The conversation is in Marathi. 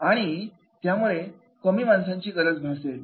आणि त्यामुळे कमी माणसांची गरज भासेल